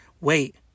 wait